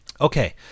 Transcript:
Okay